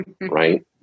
right